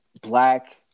Black